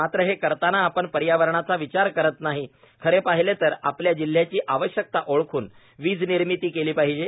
मात्र हे करताना आपण पर्यावरणाचा विचार करीत नाही खरे पाहीले तर आपल्या जिल्हयाची आवश्यकता ओळखून विज निर्मिती केली पाहीजे